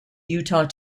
utah